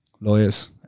Lawyers